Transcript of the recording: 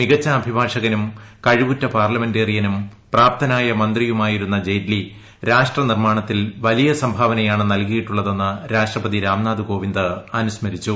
മികച്ച അഭിഭാഷകനും കഴിവുറ്റ പാർലമെന്റേറിയനും പ്രാപ്തനായ മന്ത്രിയുമായിരുന്ന ജയ്റ്റ്ലി രാഷ്ട്ര നിർമ്മാണത്തിൽ വലിയ സംഭാവനയാണ് നൽകിയിട്ടുളളതെന്ന് രാഷ്ട്രപതി രാംനാഥ് കോവിന്ദ് അനുസ്മരിച്ചു